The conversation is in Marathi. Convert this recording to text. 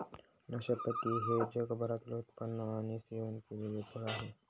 नाशपाती हे जगभरात उत्पादित आणि सेवन केलेले फळ आहे